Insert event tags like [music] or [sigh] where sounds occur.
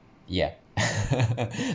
yeah [laughs]